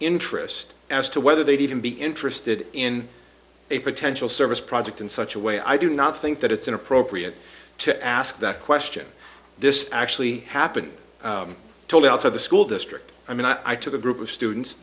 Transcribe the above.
interest as to whether they'd even be interested in a potential service project in such a way i do not think that it's inappropriate to ask that question this actually happened i'm told outside the school district i mean i took a group of students